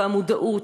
והמודעות,